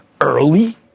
early